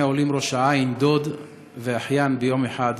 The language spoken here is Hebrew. העולים ראש-העין דוד ואחיין ביום אחד,